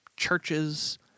churches